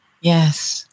Yes